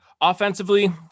Offensively